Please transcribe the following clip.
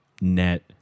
net